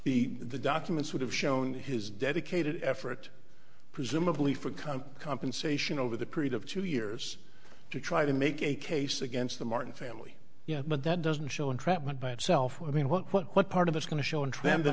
be the documents would have shown his dedicated effort presumably for kind of compensation over the period of two years to try to make a case against the martin family yes but that doesn't show entrapment by itself what i mean what what what part of it's going to show in trend the